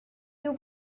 you